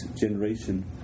generation